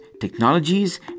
technologies